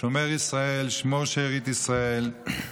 "שומר ישראל שמור שארית ישראל".